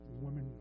women